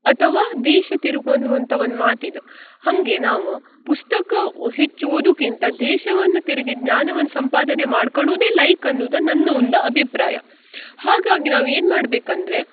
ಅಥವಾ ದೇಶ ತಿರುಗು ಅನ್ನುವಂಥ ಒಂದು ಮಾತು ಇದೆ ಹಾಗೆ ನಾವು ಪುಸ್ತಕ ಹೆಚ್ಚು ಓದುಕ್ಕಿಂತ ದೇಶವನ್ನು ತಿರುಗಿ ಜ್ಞಾನವನ್ನು ಸಂಪಾದನೆ ಮಾಡ್ಕಳುದೆ ಲಾಯ್ಕ್ ಅನ್ನುದು ನನ್ನ ಒಂದು ಅಭಿಪ್ರಾಯ ಹಾಗಾಗಿ ನಾವು ಏನು ಮಾಡಬೇಕಂದ್ರೆ